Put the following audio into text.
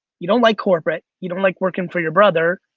you don't like corporate, you don't like working for your brother.